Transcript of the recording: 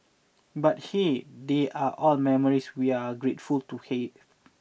but hey they are all memories we're grateful to have